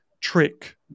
trick